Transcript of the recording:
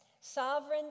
Sovereign